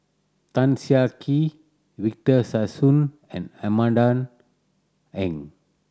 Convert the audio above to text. Tan Siah Kwee Victor Sassoon and Amanda Heng